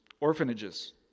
orphanages